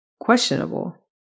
questionable